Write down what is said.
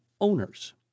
owners